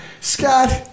Scott